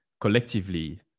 collectively